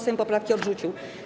Sejm poprawki odrzucił.